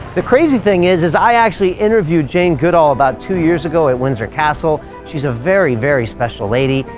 the crazy thing is is i actually interviewed jane goodall about two years ago at windsor castle. she's a very, very special lady.